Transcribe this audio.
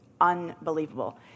unbelievable